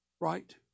Right